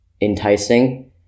enticing